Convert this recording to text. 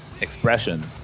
expression